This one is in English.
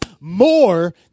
more